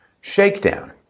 shakedown